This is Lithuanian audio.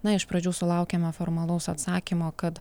na iš pradžių sulaukėme formalaus atsakymo kad